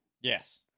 Yes